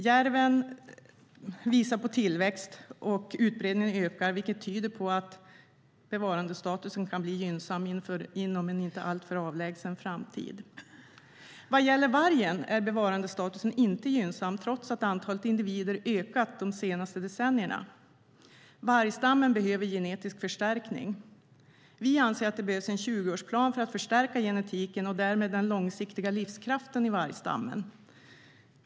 Järven visar på tillväxt, och utbredningen ökar vilket tyder på att bevarandestatusen kan bli gynnsam inom en inte alltför avlägsen framtid. Vad gäller vargen är bevarandestatusen inte gynnsam, trots att antalet individer har ökat de senaste decennierna. Vargstammen behöver genetisk förstärkning. Vi anser att det behövs en tjugoårsplan för att förstärka genetiken och därmed den långsiktiga livskraften i vargstammen.